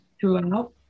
throughout